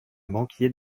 banquier